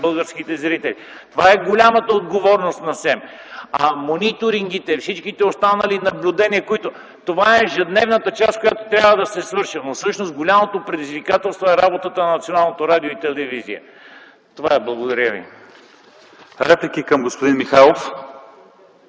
българските зрители. Това е голяма отговорност на СЕМ! А мониторингите и всичките останали наблюдения – това е ежедневната част, която трябва да се свърши. Всъщност голямото предизвикателство е работата на Националното радио и Националната телевизия. Това е! Благодаря. ПРЕДСЕДАТЕЛ ЛЪЧЕЗАР ИВАНОВ: Реплики към господин Михайлов?